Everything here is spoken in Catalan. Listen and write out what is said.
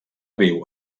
viu